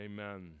Amen